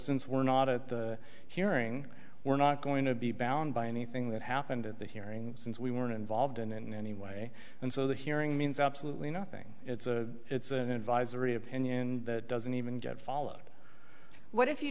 since we're not at the hearing we're not going to be bound by anything that happened at the hearing since we weren't involved in any way and so the hearing means absolutely nothing it's an advisory opinion that doesn't even get follow what if you